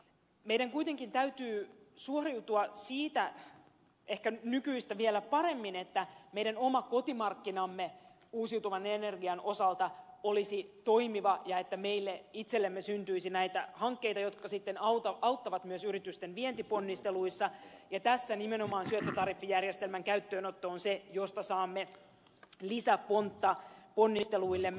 meidän kuitenkin täytyy suoriutua ehkä nykyistä vielä paremmin siitä että meidän oma kotimarkkinamme uusiutuvan energian osalta olisi toimiva ja että meille itsellemme syntyisi näitä hankkeita jotka sitten auttavat myös yritysten vientiponnisteluissa ja tässä nimenomaan syöttötariffijärjestelmän käyttöönotto on se josta saamme lisäpontta ponnisteluillemme